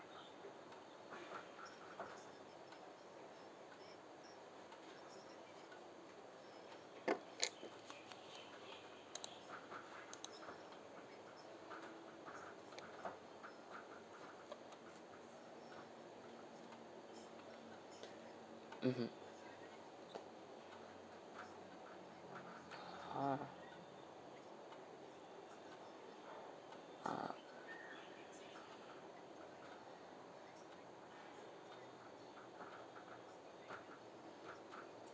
mmhmm ha ah